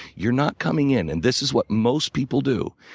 you're not coming in and this is what most people do.